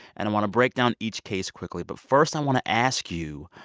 and i want to break down each case quickly. but first, i want to ask you,